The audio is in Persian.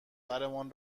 برمان